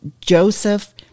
Joseph